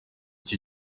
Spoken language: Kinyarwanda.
cyo